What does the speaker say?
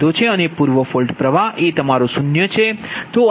u લીધો છે અને પૂર્વ ફોલ્ટ પ્રવાહ એ તમારો 0 છે